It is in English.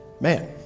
man